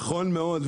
נכון מאוד,